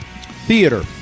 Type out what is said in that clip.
Theater